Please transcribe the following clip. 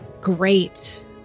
great